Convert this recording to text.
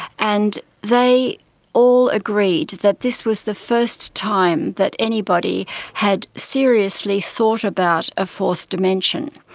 and they all agreed that this was the first time that anybody had seriously thought about a fourth dimension.